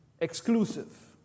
exclusive